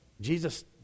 Jesus